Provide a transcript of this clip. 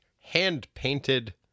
hand-painted